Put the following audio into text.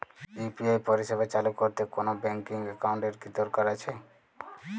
UPI পরিষেবা চালু করতে কোন ব্যকিং একাউন্ট এর কি দরকার আছে?